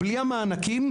בלי המענקים